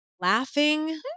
laughing